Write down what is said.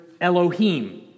Elohim